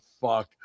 fuck